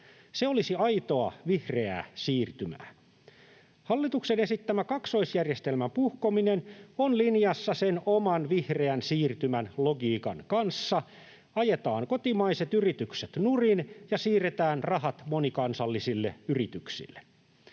Se olisi aitoa vihreää siirtymää. Hallituksen esittämä kaksoisjärjestelmän puhkominen on linjassa sen oman vihreän siirtymän logiikan kanssa: ajetaan kotimaiset yritykset nurin ja siirretään rahat monikansallisille yrityksille.